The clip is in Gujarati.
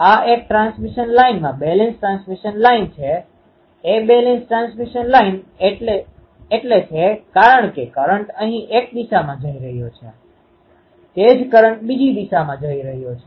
આ એક ટ્રાન્સમિશન લાઇનમાં બેલેન્સ ટ્રાન્સમિશન લાઇન છે એ બેલેન્સ ટ્રાન્સમિશન લાઇન એટલે છે કારણ કે કરંટ અહીં એક દિશામાં જઈ રહ્યો છે તે જ કરંટ બીજી દિશામાં ફરી રહ્યો છે